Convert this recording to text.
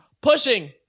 pushing